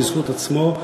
בזכות עצמו.